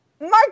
Mark